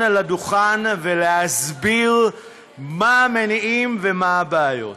לדוכן ולהסביר מה המניעים ומה הבעיות.